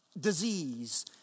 disease